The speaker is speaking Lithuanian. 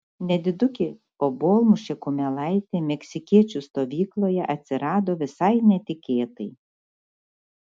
nedidukė obuolmušė kumelaitė meksikiečių stovykloje atsirado visai netikėtai